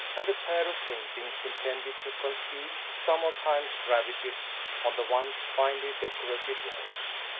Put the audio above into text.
and a pair of paintings intended to conceal some of time's ravages on the once finely decorated walls,